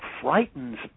frightens